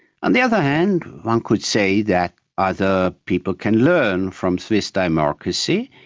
on the other hand, one could say that other people can learn from swiss democracy.